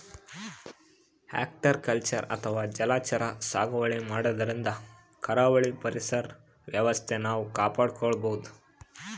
aquaculture ಅಥವಾ ಜಲಚರ ಸಾಗುವಳಿ ಮಾಡದ್ರಿನ್ದ ಕರಾವಳಿ ಪರಿಸರ್ ವ್ಯವಸ್ಥೆ ನಾವ್ ಕಾಪಾಡ್ಕೊಬಹುದ್